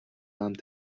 нам